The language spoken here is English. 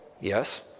Yes